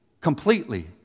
completely